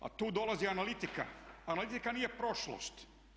A tu dolazi analitika, analitika nije prošlost.